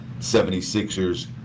76ers